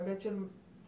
בהיבט של להבין